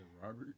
Robert